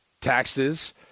taxes